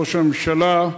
ראש הממשלה,